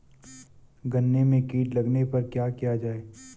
गन्ने में कीट लगने पर क्या किया जाये?